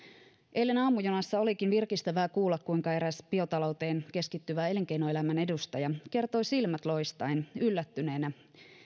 eilen aamujunassa olikin virkistävää kuulla kuinka eräs biotalouteen keskittyvä elinkeinoelämän edustaja kertoi silmät loistaen yllättyneenä